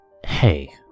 hey